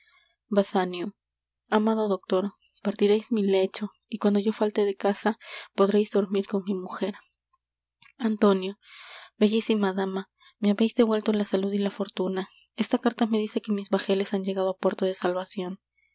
basanio amado doctor partireis mi lecho y cuando yo falte de casa podreis dormir con mi mujer antonio bellísima dama me habeis devuelto la salud y la fortuna esta carta me dice que mis bajeles han llegado á puerto de salvacion